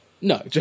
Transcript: no